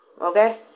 Okay